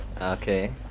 Okay